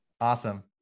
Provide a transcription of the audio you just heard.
Awesome